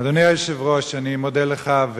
אדוני היושב-ראש, אני מודה לך.